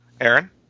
Aaron